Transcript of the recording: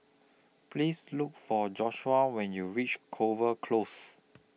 Please Look For Joshua when YOU REACH Clover Close